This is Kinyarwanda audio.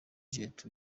jet